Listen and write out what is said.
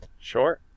Sure